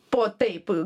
po taip